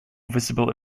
visible